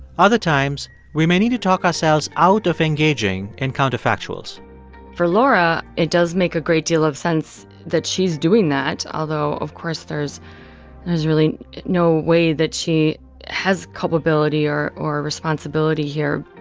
other times, we may need to talk ourselves out of engaging in counterfactuals for laura, it does make a great deal of sense that she's doing that. although, of course, there's there's really no way that she has culpability or or responsibility here